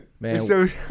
Man